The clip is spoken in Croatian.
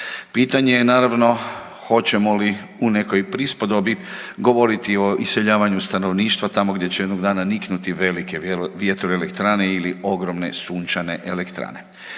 Pitanje je naravno hoćemo li u nekoj prispodobi govoriti o iseljavanju stanovništva tamo gdje jednog dana niknuti velike vjetroelektrane ili ogromne sunčane elektrane.